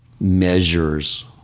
measures